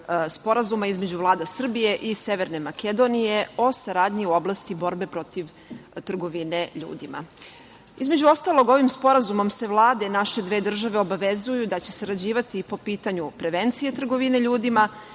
Sporazuma između vlada Srbije i Severne Makedonije o saradnji u oblasti borbe protiv trgovine ljudima. Između ostalog ovim sporazumom se vlade naše dve države obavezuju da će sarađivati po pitanju prevencije trgovine ljudima,